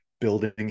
building